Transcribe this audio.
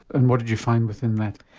and what did you find within that?